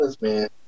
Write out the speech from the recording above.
man